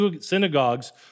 synagogues